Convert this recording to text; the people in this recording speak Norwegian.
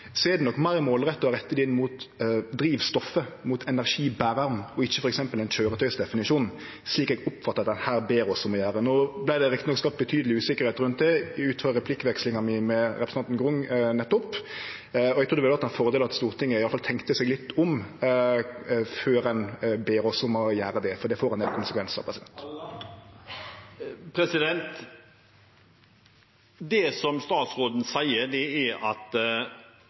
inn mot drivstoffet, mot energiberaren, og ikkje f.eks. ein køyretøysdefinisjon, slik eg oppfattar at ein her ber oss om å gjere. No vart det rett nok skapt betydeleg usikkerheit rundt det ut frå replikkvekslinga mi med representanten Grung nettopp, og eg trur det ville ha vore ein fordel at Stortinget iallfall tenkte seg litt om før ein ber oss om å gjere det, for det får ein del konsekvensar. Det statsråden sier, er at en er redd for å bli lurt. Det er greit nok at